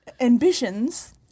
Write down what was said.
ambitions